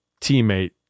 teammate